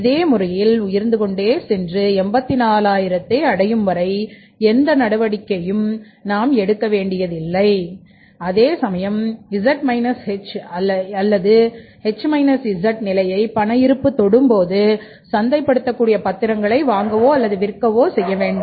இதே முறையில் உயர்ந்துகொண்டே சென்று 840000அடையும் வரை எந்த நடவடிக்கையும் எடுக்க வேண்டியதில்லை அதேசமயம் z h இல்லது h z நிலையை பண இருப்பு தொடும்போது சந்தைப்படுத்த கூடிய பாத்திரங்களை வாங்கவோ அல்லது விற்கவோ செய்ய வேண்டும்